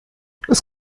das